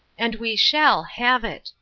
and we shall have it!